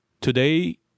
Today